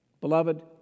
Beloved